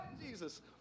Jesus